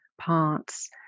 parts